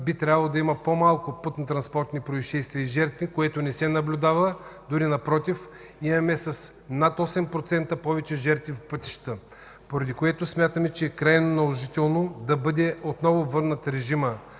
би трябвало да има по-малко пътно-транспортни произшествия и жертви, което не се наблюдава. Дори напротив, имаме с над 8% повече жертви по пътищата, поради което смятаме, че е крайно наложително да бъде върнат отново режимът